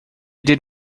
did